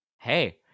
Hey